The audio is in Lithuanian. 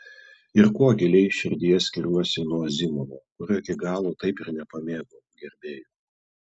ir kuo giliai širdyje skiriuosi nuo azimovo kurio iki galo taip ir nepamėgau gerbėjų